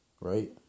right